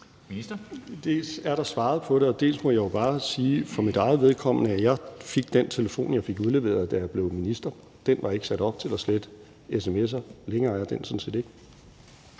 Hækkerup): Dels er der svaret på det, og dels må jeg jo bare sige for mit eget vedkommende, at den telefon, jeg fik udleveret, da jeg blev minister, ikke var sat op til at slette sms'er. Længere er den sådan set ikke.